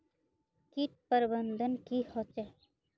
किट प्रबन्धन की होचे?